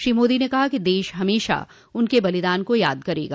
श्री मोदी ने कहा कि देश हमेशा उनके बलिदान को याद करेगा